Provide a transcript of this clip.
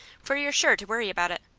for you're sure to worry about it.